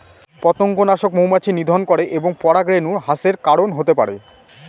পতঙ্গনাশক মৌমাছি নিধন করে এবং পরাগরেণু হ্রাসের কারন হতে পারে